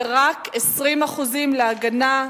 ורק 20% להגנה,